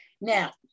Now